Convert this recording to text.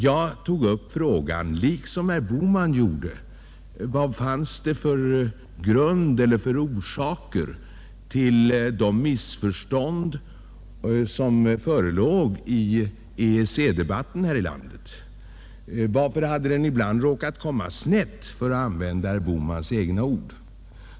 Jag tog liksom herr Bohman upp frågan om vad det fanns för grund eller orsaker till de missförstånd som förelåg i EEC-debatten här i landet. Varför hade den ibland råkat komma snett, för att använda herr Bohmans egna ord?